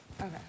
Okay